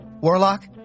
Warlock